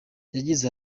yagize